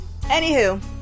Anywho